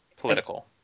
political